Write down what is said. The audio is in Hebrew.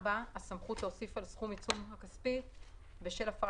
הסמכות להוסיף על סכום עיצום הכספי בשל הפרה